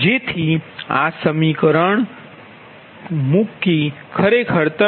જેથી આ સમીકરણ મૂકી ખરેખર તમે